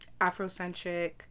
Afrocentric